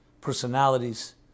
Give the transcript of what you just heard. personalities